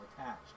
attached